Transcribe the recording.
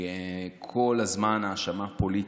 כל הזמן האשמה פוליטית.